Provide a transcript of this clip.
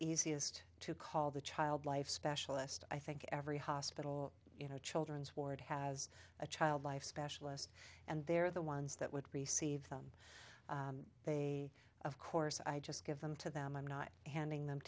easiest to call the child life specialist i think every hospital you know children's ward has a child life specialist and they're the ones that would receive them they of course i just give them to them i'm not handing them